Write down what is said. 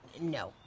no